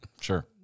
Sure